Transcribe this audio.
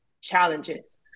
challenges